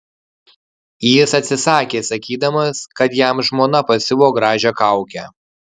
jis atsisakė sakydamas kad jam žmona pasiuvo gražią kaukę